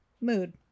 Mood